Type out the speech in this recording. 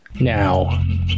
now